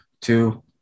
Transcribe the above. two